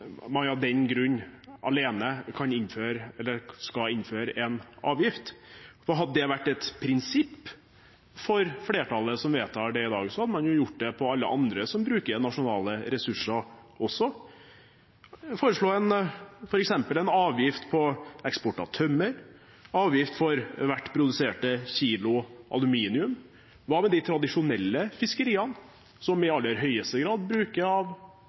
man av den grunn alene skal innføre en avgift. Hadde det vært et prinsipp for flertallet som vedtar det i dag, hadde man jo gjort det overfor alle andre som bruker nasjonale ressurser, også og foreslått f.eks. en avgift på eksport av tømmer, en avgift for hvert produserte kilo aluminium – og hva med de tradisjonelle fiskeriene, som i aller høyeste grad bruker av